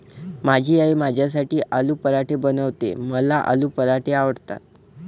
माझी आई माझ्यासाठी आलू पराठे बनवते, मला आलू पराठे आवडतात